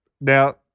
Now